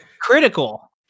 critical